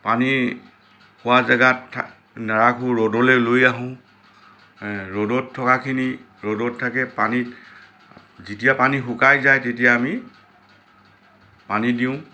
পানী হোৱা জেগাত থা নাৰাখো ৰ'দলৈ লৈ আহো ৰ'দত থকাখিনি ৰ'দত থাকে পানীত যেতিয়া পানী শুকাই যায় তেতিয়া আমি পানী দিওঁ